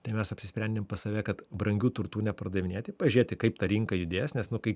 tai mes apsisprendėm pas save kad brangių turtų nepardavinėti pažėti kaip ta rinka judės nes nu kai